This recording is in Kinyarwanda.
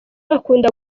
akunda